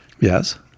Yes